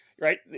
right